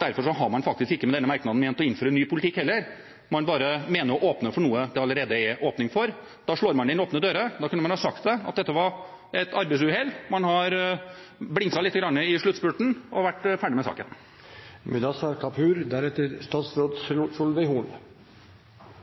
Derfor har man faktisk heller ikke med denne merknaden ment å innføre ny politikk; man bare mener å ville åpne for noe det allerede er åpning for. Da slår man inn åpne dører. Da kunne man ha sagt at dette var et arbeidsuhell – man har blingset litt i sluttspurten – og vært ferdig med saken.